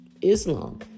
Islam